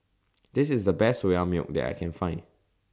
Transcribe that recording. This IS The Best Soya Milk that I Can Find